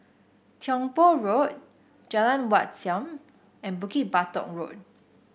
Tiong Poh Road Jalan Wat Siam and Bukit Batok Road